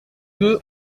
deux